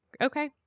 Okay